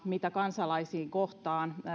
mitä kansalaisia kohtaan